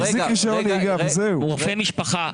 רופא משפחה.